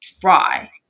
try